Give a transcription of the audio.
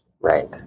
Right